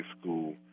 school